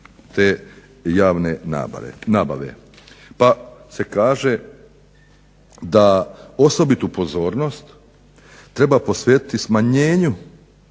te javne nabave. Pa se kaže da osobitu pozornost treba posvetiti smanjenju